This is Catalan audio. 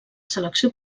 selecció